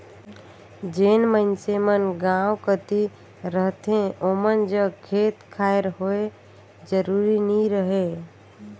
जेन मइनसे मन गाँव कती रहथें ओमन जग खेत खाएर होए जरूरी नी रहें